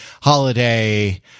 holiday